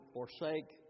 forsake